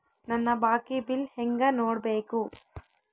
ನನ್ನ ಬಾಕಿ ಬಿಲ್ ಹೆಂಗ ನೋಡ್ಬೇಕು?